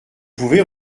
pouvez